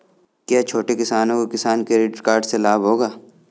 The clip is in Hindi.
क्या छोटे किसानों को किसान क्रेडिट कार्ड से लाभ होगा?